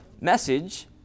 message